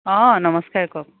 অঁ নমস্কাৰ কওক